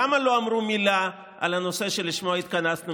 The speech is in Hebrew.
למה לא אמרו מילה על הנושא שלשמו התכנסנו,